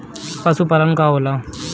पशुपलन का होला?